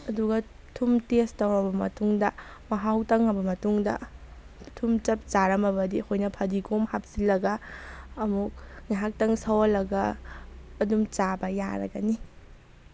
ꯑꯗꯨꯒ ꯊꯨꯝ ꯇꯦꯁ ꯇꯧꯔꯕ ꯃꯇꯨꯡꯗ ꯃꯍꯥꯎ ꯇꯪꯉꯕ ꯃꯇꯨꯡꯗ ꯊꯨꯝ ꯆꯞ ꯆꯥꯔꯝꯃꯕꯗꯤ ꯑꯩꯈꯣꯏꯅ ꯐꯗꯤꯒꯣꯝ ꯍꯥꯞꯆꯤꯜꯂꯒ ꯑꯃꯨꯛ ꯉꯥꯏꯍꯥꯛꯇꯪ ꯁꯧꯍꯜꯂꯒ ꯑꯗꯨꯝ ꯆꯥꯕ ꯌꯥꯔꯒꯅꯤ